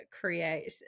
create